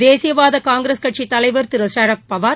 தேசியவாத காங்கிரஸ் கட்சித் தலைவர் திரு சரத்பவார்